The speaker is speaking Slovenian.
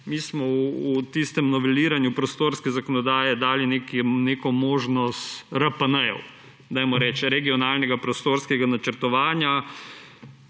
Mi smo v tistem noveliranju prostorske zakonodaje dali neko možnost RPN-jev, dajmo reči, regionalnega prostorskega načrtovanja,